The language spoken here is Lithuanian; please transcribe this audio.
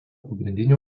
pagrindiniu